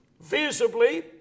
visibly